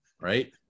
Right